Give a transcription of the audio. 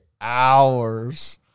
hours